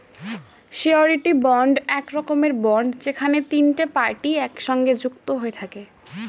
surety bond এক রকমের bond যেখানে তিনটে পার্টি একসাথে যুক্ত হয়ে থাকে